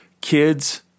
kids